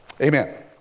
Amen